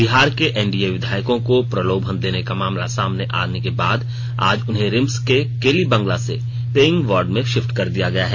बिहार के एनडीए विधायकों को प्रलोभन देने का मामला सामने आने के बाद आज उन्हें रिम्स के केली बंगला से पेईग वार्ड में शिफ्ट कर दिया गया है